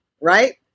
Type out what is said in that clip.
right